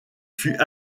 fut